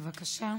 בבקשה.